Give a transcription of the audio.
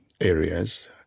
areas